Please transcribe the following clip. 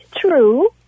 true